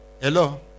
Hello